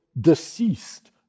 deceased